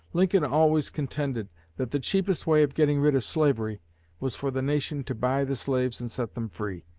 lincoln always contended that the cheapest way of getting rid of slavery was for the nation to buy the slaves and set them free.